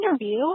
interview